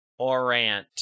Orant